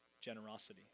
generosity